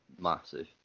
massive